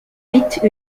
vite